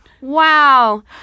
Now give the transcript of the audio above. Wow